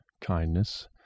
kindness